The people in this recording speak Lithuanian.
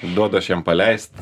duodu aš jiem paleist